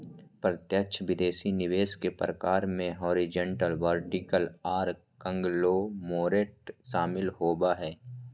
प्रत्यक्ष विदेशी निवेश के प्रकार मे हॉरिजॉन्टल, वर्टिकल आर कांगलोमोरेट शामिल होबो हय